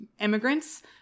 immigrants